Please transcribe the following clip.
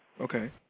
Okay